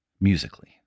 musically